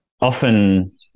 often